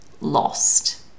lost